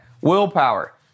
willpower